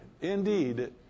indeed